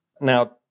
Now